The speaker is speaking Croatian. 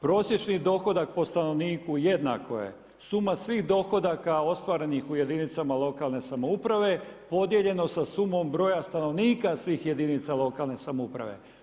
Prosječni dohodak po stanovniku jednako je suma svih dohodaka ostvarenih u jedinicama lokalne samouprave podijeljeno sa sumom broja stanovnika svih jedinica lokalne samouprave.